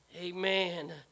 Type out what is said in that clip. Amen